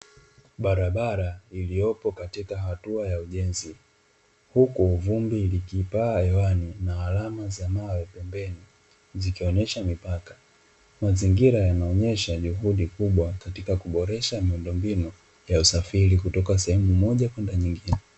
Barabara iliyopo katika hatua ya ujenzi, huku vumbi likipaa hewani na alama za mawe pembeni zikionyesha mipaka, mazingira yanaonyesha juhudi kubwa katika kuboresha miundombinu ya usafiri kutoka sehemu moja kwenda nyingine.